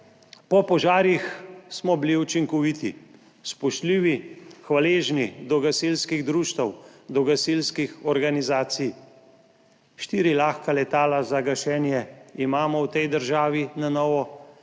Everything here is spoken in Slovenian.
Po požarih smo bili učinkoviti, spoštljivi, hvaležni do gasilskih društev, do gasilskih organizacij. Štiri lahka letala za gašenje imamo v tej državi na novo, nikdar